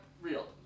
real